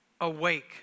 Awake